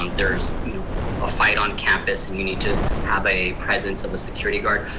um there's you know a fight on campus, and you need to have a presence of a security guard.